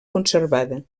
conservada